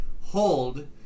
hold